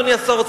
אדוני השר,